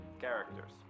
Characters